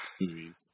movies